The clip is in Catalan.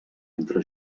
entre